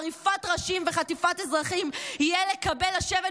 עריפת נשים וחטיפת אזרחים יהיה לקבל לשבת